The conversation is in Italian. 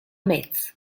metz